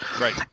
Right